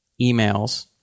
emails